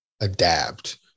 adapt